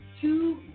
Two